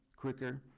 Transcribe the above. quicker.